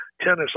Tennis